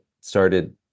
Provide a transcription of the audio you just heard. started